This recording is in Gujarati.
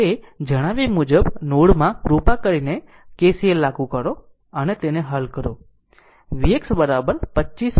અને તે જણાવ્યા મુજબ નોડ માં કૃપા કરીને KCL લાગુ કરો અને તેને હલ કરો Vx 25